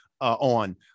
on